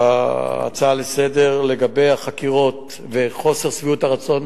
בהצעה לסדר לגבי החקירות וחוסר שביעות הרצון